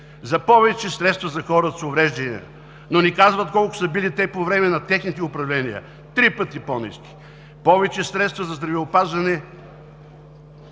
за повече средства за хората с увреждания, но не казват колко са били те по време на техните управления – три пъти по-ниски; повече средства за здравеопазване